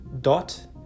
dot